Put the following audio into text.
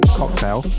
cocktail